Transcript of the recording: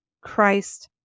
Christ